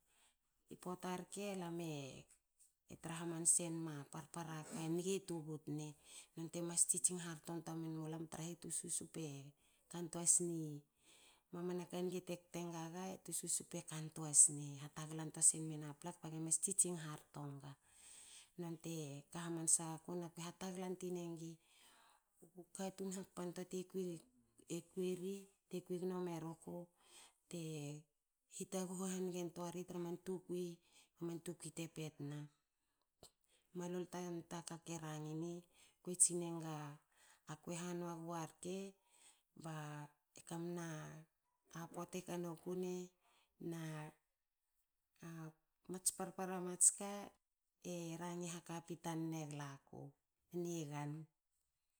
I poata rke alame tra hamansen ma parpara ka nge tubutne. Non temas tsitsing harton toa menmu lam traha tususup ekan toa sne. Mamana kange te kten gaga tu susup ekantoa sne. Ha taglan toa simna pla kba gemas tsitsing harto nga. Non teka hamansa ga ku na kue hatagla tun engu katun hakpan toa te kuiri. Kui gnome ruku te hitaghu hange toanri tra man tukui ba man tukwi te petna. Mualol tan taka ke rangin ngi, kue tsin enga akue hanua gua rke ba e kamna poata e kanoku ne ats parpara mats ka e rangin hakapi tne glaku. Nigan.